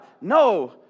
No